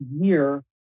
year